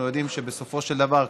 אנחנו יודעים שבסופו של דבר,